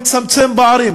לצמצם פערים.